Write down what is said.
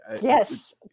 Yes